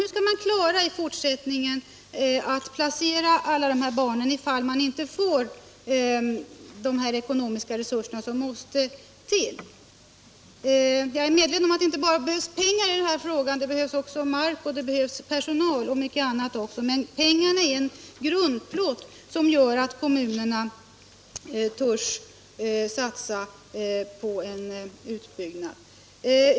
Hur skall man i fortsättningen klara att placera alla dessa barn, om man inte får de ekonomiska resurser som måste till för detta? Jag är medveten om att det inte bara behövs pengar härvidlag — det 125 behövs också mark, personal och mycket annat — men pengarna är en grundplåt som gör att kommunerna törs satsa på en utbyggnad.